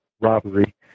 robbery